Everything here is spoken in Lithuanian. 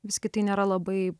visgi tai nėra labai